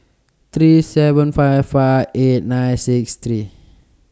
three seven five five eight nine six three